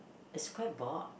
it's quite bored